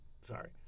Sorry